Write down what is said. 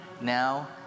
now